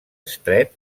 estret